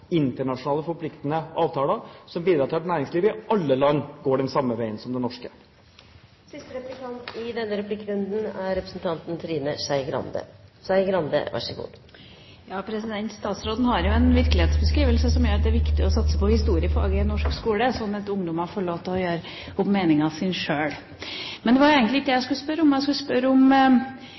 internasjonale forpliktende avtaler som bidrar til at næringslivet i alle land går den samme veien som det norske. Statsråden har en virkelighetsbeskrivelse som gjør at det er viktig å satse på historiefaget i norsk skole, sånn at ungdommer får lov til å gjøre seg opp sine meninger sjøl. Men det var egentlig ikke det jeg skulle spørre om. Jeg skulle spørre om